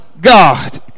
God